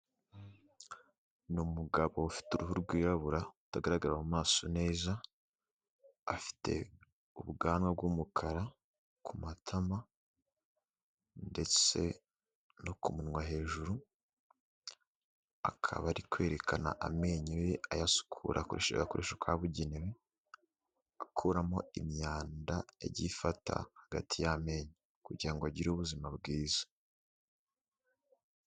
Ni umugabo ufite uruhu rwirabura utagaragara mu maso neza, afite ubwanwa bw'umukara ku matama ndetse no ku munwa hejuru, akaba ari kwerekana amenyo ye ayasukura akoresheje agakoresho kabugenewe, akuramo imyanda yagiye ifata hagati y'amenyo kugira ngo agire ubuzima bwiza.